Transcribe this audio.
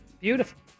Beautiful